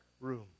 room